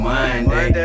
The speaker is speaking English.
Monday